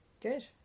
good